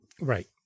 Right